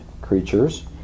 creatures